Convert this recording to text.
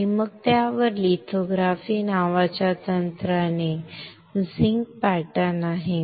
आणि मग त्यावर लिथोग्राफी नावाच्या तंत्राने झिंक पॅटर्न आहे